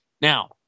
now